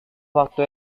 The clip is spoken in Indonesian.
waktu